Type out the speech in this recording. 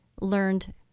learned